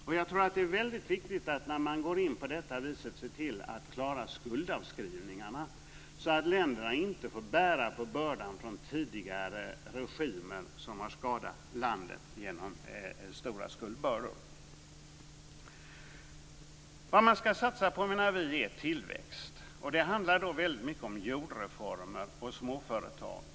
När man går in på detta vis är det väldigt viktigt att se till att klara skuldavskrivningarna, så att länderna inte får bära på bördan från tidigare regimer som har skadat landet genom stora skuldbördor. Vad man ska satsa på, menar vi, är tillväxt. Det handlar då väldigt mycket om jordreformer och småföretag.